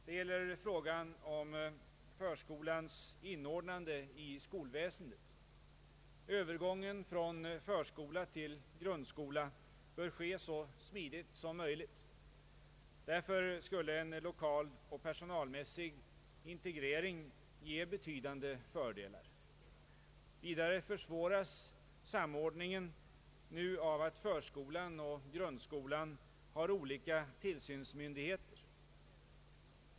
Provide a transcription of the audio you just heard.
Det gäller frågan om förskolans inordnande i skolväsendet. Övergången från förskola till grundskola bör ske så smidigt som möjligt. Därför skulle en lokaloch personalmässig integrering ge betydande fördelar. Vidare försvåras samordningen nu av ait förskolan och grundskolan har olika tillsynsmyndigheter.